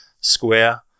square